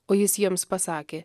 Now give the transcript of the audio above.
o jis jiems pasakė